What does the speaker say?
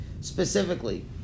specifically